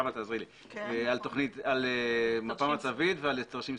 על מפה מצבית ועל תרשים סביבה.